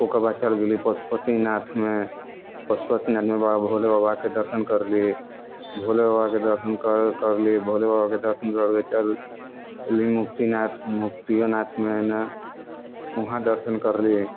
ओकर बाद चलि गयली पशुपतिनाथमे पशुपतिनाथमे बाबा भोलेबाबाके दर्शन करली भोले बाबाके दर्शन कर करली भोले बाबाके दर्शन करि कऽ चलि अयली मुक्तिनाथ मुक्तिओनाथमे न वहाँ दर्शन करली